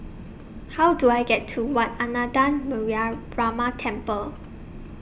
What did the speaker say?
How Do I get to Wat Ananda Temple